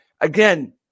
Again